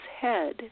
head